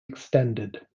extended